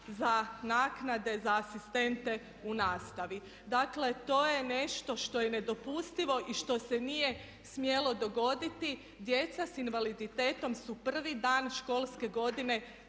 za naknade za asistente u nastavi. Dakle, to je nešto što je nedopustivo i što se nije smjelo dogoditi. Djeca s invaliditetom su prvi dan školske godine